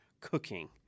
cooking